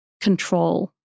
control